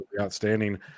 outstanding